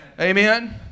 Amen